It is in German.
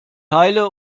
teile